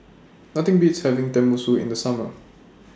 Nothing Beats having Tenmusu in The Summer